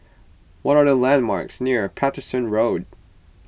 what are the landmarks near Paterson Road